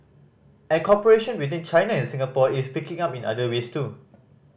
and cooperation between China and Singapore is picking up in other ways too